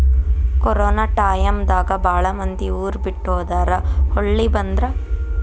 corona time ದಾಗ ಬಾಳ ಮಂದಿ ಊರ ಬಿಟ್ಟ ಹೊದಾರ ಹೊಳ್ಳಿ ಬಂದ್ರ